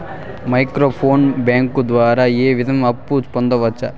micro finance bank ద్వారా ఏ విధంగా అప్పు పొందొచ్చు